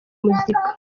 muzika